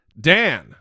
Dan